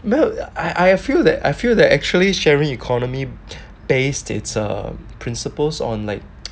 没有 I I feel that I feel there actually sharing economy based it's a principles on like